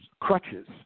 crutches